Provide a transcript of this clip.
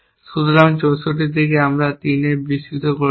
সুতরাং 64 থেকে আমরা এটিকে 3 এ বিস্তৃত করেছি